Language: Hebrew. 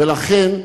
ולכן,